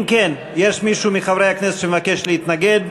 אם כן, יש מישהו מחברי הכנסת שמבקש להתנגד?